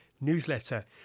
newsletter